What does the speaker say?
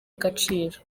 agaciro